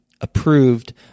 approved